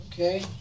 Okay